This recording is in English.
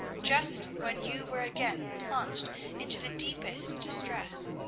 just when you were again plunged into the deepest distress.